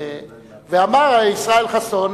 ואמר ישראל חסון,